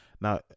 Now